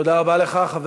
תודה רבה לך.